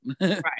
Right